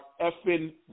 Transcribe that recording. effing